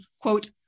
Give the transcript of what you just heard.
quote